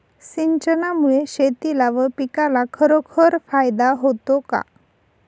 सिंचनामुळे शेतीला व पिकाला खरोखर फायदा होतो का?